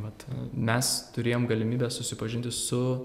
vat mes turėjom galimybę susipažinti su